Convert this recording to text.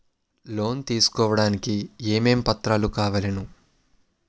Loan తీసుకోడానికి ఏమేం పత్రాలు కావలెను?